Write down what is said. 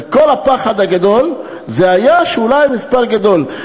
וכל הפחד הגדול היה שאולי המספר גדול.